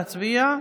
נא להצביע.